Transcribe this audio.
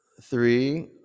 Three